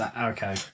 okay